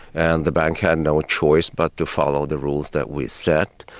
and the bank had no ah choice but to follow the rules that we set.